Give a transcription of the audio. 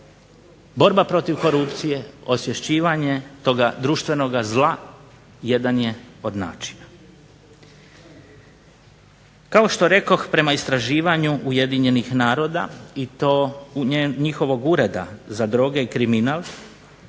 Borba protiv korupcije, osvješćivanje toga društvenog zla jedan je od načina. Kao što rekoh prema istraživanju Ujedinjenih naroda i to njihovog Ureda za droge i kriminal